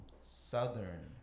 Southern